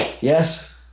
Yes